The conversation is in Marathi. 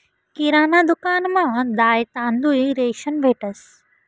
किराणा दुकानमा दाय, तांदूय, रेशन भेटंस